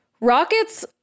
Rockets